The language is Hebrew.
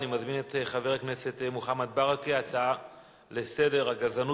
נעבור להצעה לסדר-היום בנושא: הגזענות